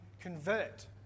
convert